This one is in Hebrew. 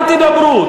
אל תדאגו,